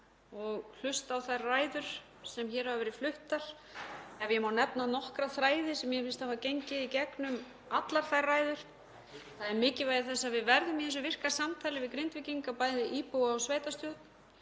og hlusta á þær ræður sem hér hafa verið fluttar. Ef ég má nefna nokkra þræði sem mér finnst hafa gengið í gegnum allar þær ræður þá er það mikilvægi þess að við verðum í þessu virka samtali við Grindvíkinga, bæði íbúa og sveitarstjórn,